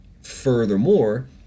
Furthermore